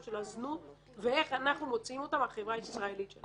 של הזנות ואיך אנחנו מוציאים אותה מהחברה הישראלית.